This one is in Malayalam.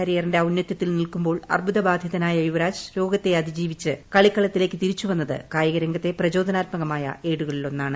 കരിയറിന്റെ ഔന്നത്യത്തിൽ നിൽക്കുമ്പോൾ അർബുദ ബാധിതനായ യുവ്രാജ് രോഗത്തെ അതിജീവിച്ച് കളിക്കളത്തിലേക്ക് തിരിച്ചുവന്നത് കായിക രംഗത്തെ പ്രചോദനാത്മകമായ ഏടുകളിലൊ ന്നാണ്